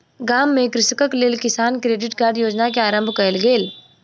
गाम में कृषकक लेल किसान क्रेडिट कार्ड योजना के आरम्भ कयल गेल